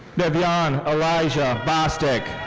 devyawn elijah bostic.